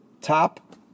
top